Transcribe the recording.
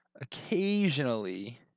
occasionally